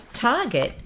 target